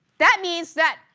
that means that,